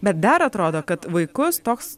bet dar atrodo kad vaikus toks